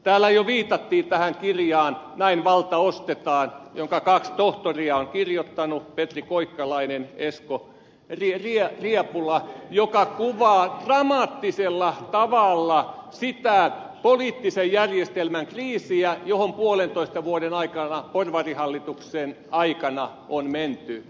täällä jo viitattiin tähän kirjaan näin valta ostetaan jonka kaksi tohtoria on kirjoittanut petri koikkalainen ja esko riepula ja joka kuvaa dramaattisella tavalla sitä poliittisen järjestelmän kriisiä johon puolentoista vuoden aikana porvarihallituksen aikana on menty